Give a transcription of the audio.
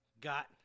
got